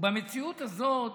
במציאות הזאת